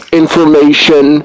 information